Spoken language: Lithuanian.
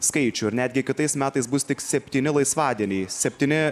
skaičių netgi kitais metais bus tik septyni laisvadieniai septyni